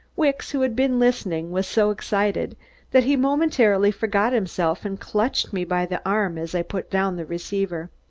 wicks, who had been listening, was so excited that he momentarily forgot himself and clutched me by the arm as i put down the receiver.